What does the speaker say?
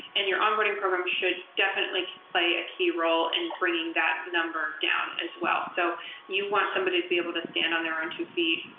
and your onboarding program should definitely play a key role and bringing that number down as well. so you want somebody be able to stand on their own two feet,